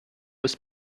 ist